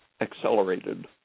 accelerated